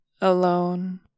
alone